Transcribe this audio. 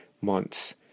months